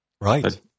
Right